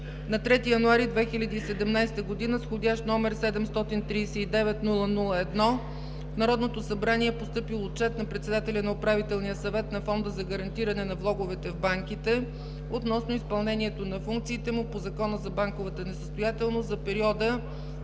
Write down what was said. На 3 януари 2017 г. с вх. № 739001 в Народното събрание е постъпил отчет на председателя на Управителния съвет на Фонда за гарантиране на влоговете в банките относно изпълнението на функциите му по Закона за банковата несъстоятелност за периода